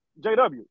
JW